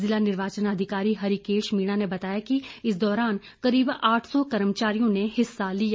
जिला निर्वाचन अधिकारी हरिकेश मीणा ने बताया कि इस दौरान करीब आठ सौ कर्मचारियों ने हिस्सा लिया